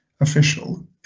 official